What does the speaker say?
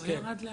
כן.